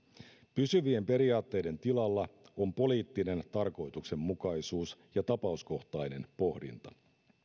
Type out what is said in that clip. pysyvien periaatteiden tilalla on poliittinen tarkoituksenmukaisuus ja tapauskohtainen pohdinta